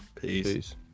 peace